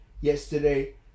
Yesterday